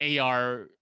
ar